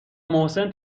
محسن